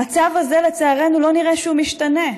המצב הזה, לצערנו, לא נראה שהוא משתנה.